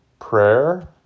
prayer